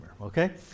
okay